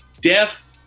death